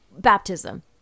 baptism